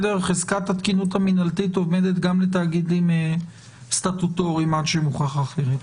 חזקת הפקידות המינהלתית עובדת גם לתאגידים סטטוטוריים עד שמוכח אחרת.